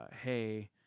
hey